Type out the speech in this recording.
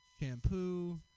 shampoo